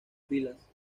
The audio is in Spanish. filas